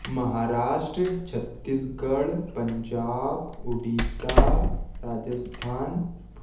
Maharashtra Chhattisgarh Punjab Orissa Rajasthan